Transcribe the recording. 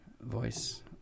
voice